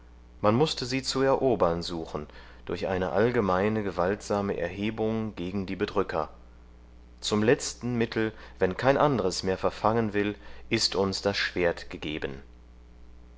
man mußte sie zu erobern suchen durch eine allgemeine gewaltsame erhebung gegen die bedrücker zum letzten mittel wenn kein andres mehr verfangen will ist uns das schwert gegeben